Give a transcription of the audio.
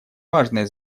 важное